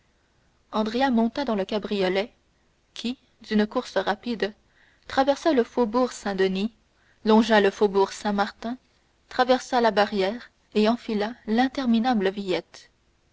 monta dans le cabriolet qui d'une course rapide traversa le faubourg saint-denis longea le faubourg saint-martin traversa la barrière et enfila l'interminable villette